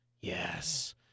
yes